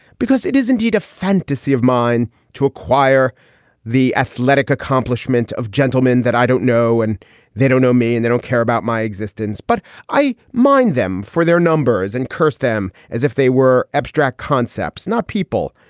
because it is indeed a fantasy of mine to acquire the athletic accomplishment of gentlemen that i don't know. and they don't know me and they don't care about my existence, but i mind them for their numbers and curse them as if they were abstract concepts, not people.